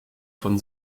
von